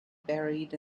buried